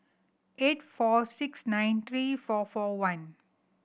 eight four six nine three four four one